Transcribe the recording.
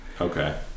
Okay